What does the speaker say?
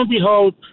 behold